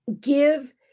give